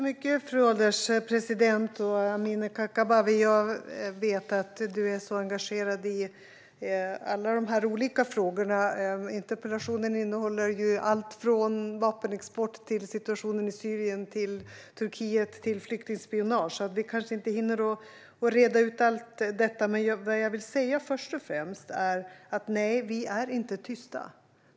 Fru ålderspresident! Jag vet att du är mycket engagerad i alla dessa olika frågor, Amineh Kakabaveh. Interpellationen innehåller allt från vapenexport till situationen i Syrien, till Turkiet och till flyktingspionage. Vi hinner kanske inte hinner reda ut allt detta. Men jag vill först och främst säga att vi inte är tysta.